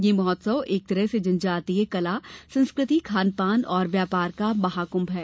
यह महोत्सव एक तरह से जनजातीय कला संस्कृति खान पान और व्यापार का महाकुंभ है